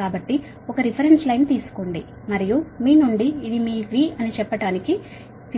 కాబట్టి ఒక reference line తీసుకోవాలి మరియు మీ నుండి ఇది మీ V అని చెప్పటానికి